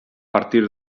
partir